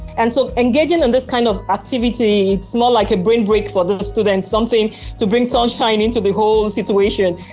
and so, engaging in this kind of activity, it's more like a brain break for the the students, something to bring sunshine into the whole situation.